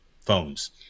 phones